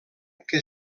que